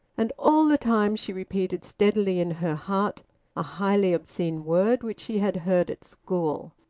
and all the time she repeated steadily in her heart a highly obscene word which she had heard at school.